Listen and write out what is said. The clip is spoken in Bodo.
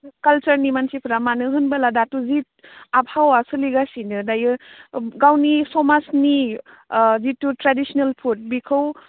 कालचारनि मानसिफ्रा मानो होनोबोला दाथ' जि आबहावा सोलिगासनो दायो गावनि समाजनि जिथु ट्रेडिसिनेल फुड बिखौ